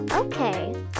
Okay